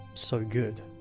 so good?